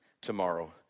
tomorrow